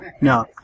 no